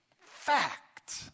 fact